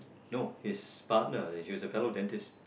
no his partner was a fellow dentist